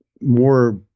more